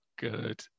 good